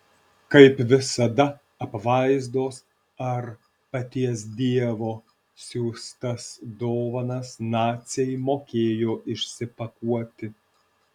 kaip visada apvaizdos ar paties dievo siųstas dovanas naciai mokėjo išsipakuoti